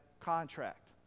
contract